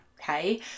Okay